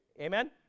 Amen